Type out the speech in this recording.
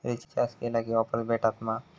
Recharge केला की offers भेटात मा?